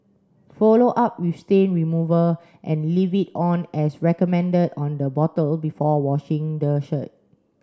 follow up with stain remover and leave it on as recommended on the bottle before washing the shirt